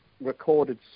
recorded